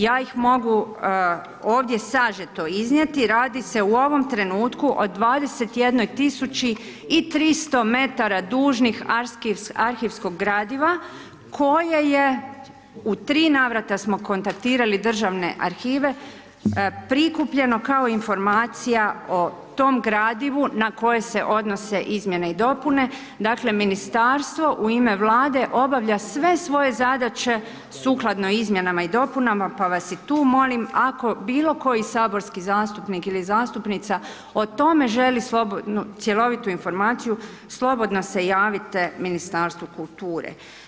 Ja ih mogu ovdje sažeto iznijeti, radi se u ovom trenutku o 21 300 dužnih arhivskog gradiva koje je u 3 navrata smo kontaktirali državne arhive, prikupljeno kao informacija o tom gradivu na koje se odnose izmjene i dopune, dakle ministarstvo u ime Vlade obavlja sve svoje zadaće sukladno izmjenama i dopunama pa vas i tu molim ako bilokoji saborski zastupnik ili zastupnica o tome želi slobodnu cjelovitu informaciju, slobodno se javite Ministarstvu kulture.